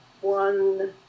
one